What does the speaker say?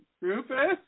Rufus